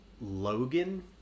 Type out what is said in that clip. Logan